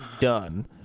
done